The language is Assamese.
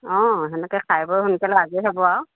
অঁ তেনেকৈ খাই বৈ সোনকালে আজৰি হ'ব আৰু